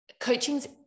coaching's